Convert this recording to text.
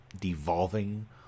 devolving